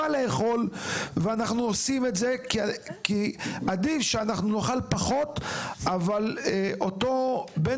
אבל עדיף שאנחנו נאכל פחות ושאותו בן